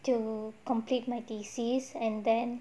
to complete my thesis and then